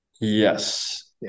yes